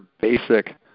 basic